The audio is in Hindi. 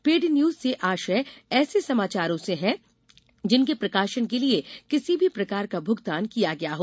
पेड न्यूज से आशय ऐसे समाचार से है जिसके प्रकाशन के लिए किसी भी प्रकार का भुगतान किया गया हो